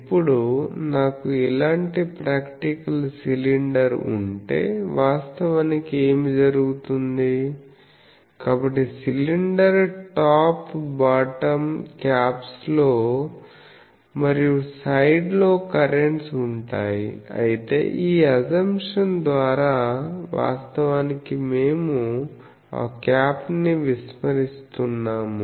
ఇప్పుడు నాకు ఇలాంటి ప్రాక్టికల్ సిలిండర్ ఉంటే వాస్తవానికి ఏమి జరుగుతుంది కాబట్టి సిలిండర్ టాప్ బాటమ్ క్యాప్స్లో మరియు సైడ్ లో కరెంట్స్ ఉంటాయి అయితే ఈ అసంప్షన్ ద్వారా వాస్తవానికి మేము ఆ క్యాప్ ని విస్మరిస్తున్నాము